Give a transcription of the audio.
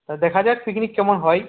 তা দেখা যাক পিকনিক কেমন হয়